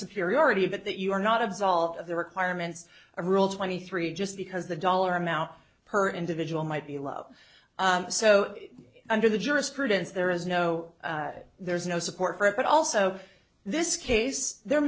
superiority but that you are not absolved of the requirements of rule twenty three just because the dollar amount per individual might be love so under the jurisprudence there is no there's no support for it but also this case there